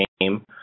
name